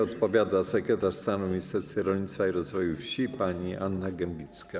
Odpowiada sekretarz stanu w Ministerstwie Rolnictwa i Rozwoju Wsi pani Anna Gembicka.